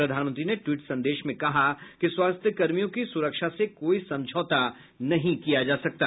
प्रधानमंत्री ने ट्वीट संदेश में कहा कि स्वास्थ्यकर्मियों की सुरक्षा से कोई समझौता नहीं किया जा सकता